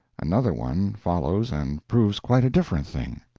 another one follows and proves quite a different thing.